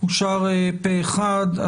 אושר פה אחד.